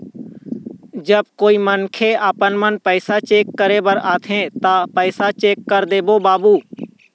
जब कोई मनखे आपमन पैसा चेक करे बर आथे ता पैसा चेक कर देबो बाबू?